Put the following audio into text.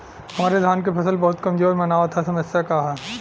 हमरे धान क फसल बहुत कमजोर मनावत ह समस्या का ह?